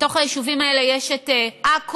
בתוך היישובים האלה יש את עכו,